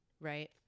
right